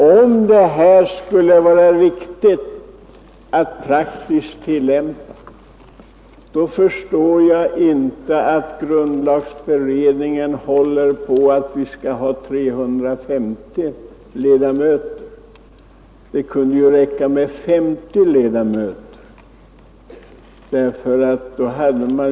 Om det är riktigt att riksdagen bara har att godta Kungl. Maj:ts förslag utan prövning förstår jag inte varför grundlagberedningen håller på att vi skall ha 350 ledamöter — det kunde då räcka med 50 ledamöter.